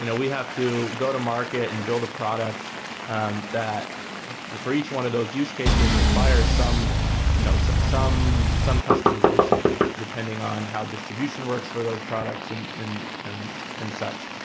you know we have to go to market and build a product um that for each one of those use cases requires some you know so some customization depending on how distribution works for those products and and and such.